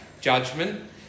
judgment